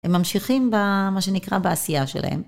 הם ממשיכים במה שנקרא, בעשייה שלהם.